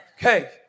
Okay